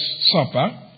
Supper